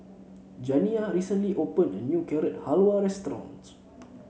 Janiyah recently opened a new Carrot Halwa Restaurant